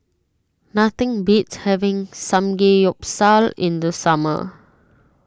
nothing beats having Samgeyopsal in the summer